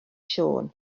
siôn